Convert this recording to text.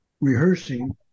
rehearsing